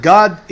God